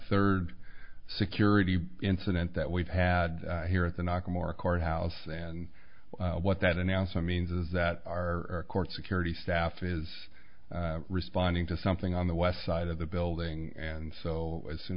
third security incident that we've had here at the not more courthouse and what that announcement means is that our court security staff is responding to something on the west side of the building and so as soon